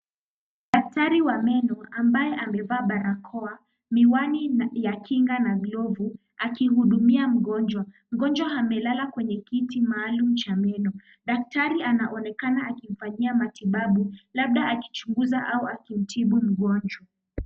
Daktari wa meno ambaye amevaa barakoa, miwani ya kinga na glovu akihudumiwa mgonjwa. Mgonjwa amelala kwenye kiti maalum cha meno. Daktari anaonekana akimfanyia matibabu labda akichunguza au akimtibu mgonjwa.